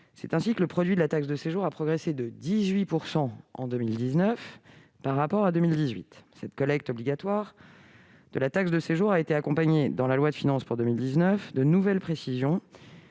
C'est ainsi que le produit de la taxe de séjour a progressé de 18 % en 2019 par rapport à 2018. Cette collecte obligatoire de la taxe de séjour a été accompagnée dans la loi de finances pour 2019 de nouvelles précisions